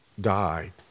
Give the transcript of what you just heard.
died